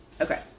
Okay